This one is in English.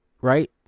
Right